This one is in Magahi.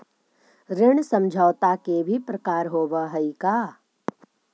ऋण समझौता के भी प्रकार होवऽ हइ का?